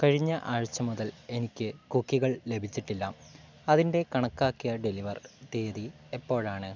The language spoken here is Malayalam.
കഴിഞ്ഞ ആഴ്ച മുതൽ എനിക്ക് കുക്കികൾ ലഭിച്ചിട്ടില്ല അതിൻ്റെ കണക്കാക്കിയ ഡെലിവർ തീയതി എപ്പോഴാണ്